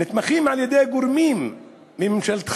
ושנתמכים על-ידי גורמים מממשלתך,